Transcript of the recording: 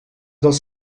dels